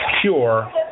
pure